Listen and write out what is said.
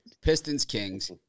Pistons-Kings